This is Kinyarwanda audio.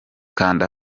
kanda